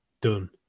done